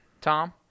Tom